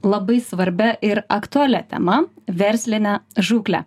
labai svarbia ir aktualia tema verslinę žūklę